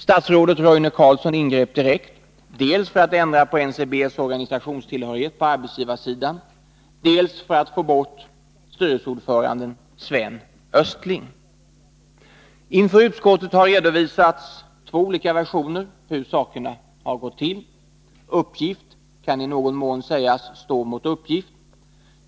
Statsrådet Roine Carlsson ingrep direkt, dels för att ändra på NCB:s organisationstillhörighet på arbetsgivarsidan, dels för att få bort styrelseordföranden Sven Östling. Inför utskottet har redovisats två olika versioner av hur sakerna gått till. Uppgift kan i någon mån sägas stå mot uppgift.